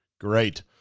Great